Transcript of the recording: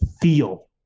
feel